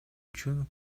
үчүн